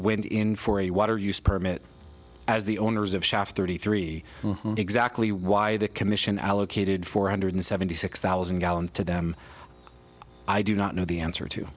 went in for a water use permit as the owners of shaft thirty three exactly why the commission allocated four hundred seventy six thousand gallons to them i do not know the answer to